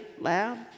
loud